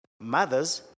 mothers